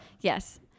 Yes